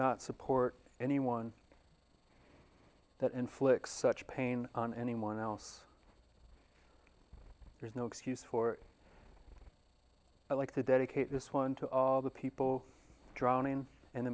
not support anyone that inflicts such pain on anyone else there's no excuse for i like that dedicate this one to all the people drowning in the